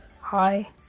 Hi